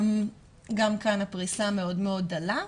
גם כאן הפריסה מאוד מאוד דלה,